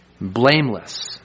blameless